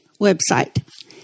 website